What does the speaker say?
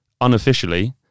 unofficially